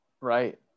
right